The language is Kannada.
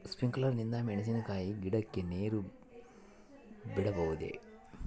ಸ್ಪಿಂಕ್ಯುಲರ್ ನಿಂದ ಮೆಣಸಿನಕಾಯಿ ಗಿಡಕ್ಕೆ ನೇರು ಬಿಡಬಹುದೆ?